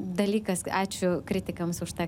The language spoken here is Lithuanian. dalykas ačiū kritikams už tą